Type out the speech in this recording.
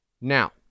Now